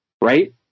Right